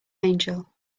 angel